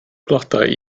blodau